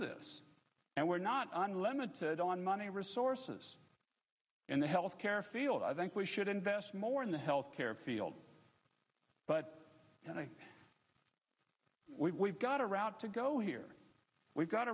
this and we're not unlimited on money resources in the health care field i think we should invest more in the health care field but we've got a route to go here we've got